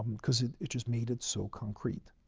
because it it just made it so concrete.